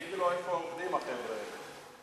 תגידי לו איפה עובדים החבר'ה האלה.